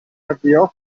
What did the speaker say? avviò